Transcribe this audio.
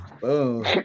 boom